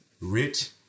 rich